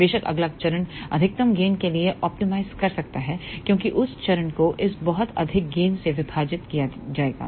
बेशक अगला चरण अधिकतम गेन के लिए ऑप्टिमाइज कर सकता है क्योंकि उस चरण को इस बहुत अधिक गेन से विभाजित किया जाएगा